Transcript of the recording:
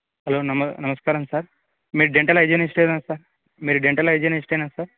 hello నమ నమస్కారం sir మీరు డెంటల్ హైజినిస్టేనా సార్ మీరు డెంటల్ హైజినిస్టేనా సార్